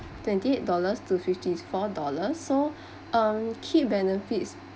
twenty eight dollars to fifty four dollar so um key benefits